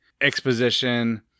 exposition